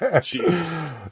Jesus